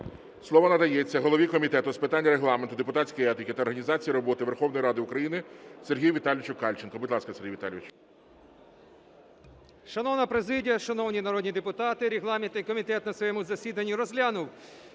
Слово надається голові Комітету з питань Регламенту, депутатської етики та організації роботи Верховної Ради України Сергію Віталійовичу Кальченко. Будь ласка, Сергій Віталійович. 10:57:37 КАЛЬЧЕНКО С.В. Шановна президія, шановні народні депутати! Регламентний комітет на своєму засіданні розглянув